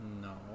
No